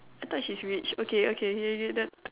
I thought's she's rich okay okay